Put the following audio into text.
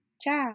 Ciao